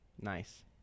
Nice